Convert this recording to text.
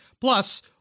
Plus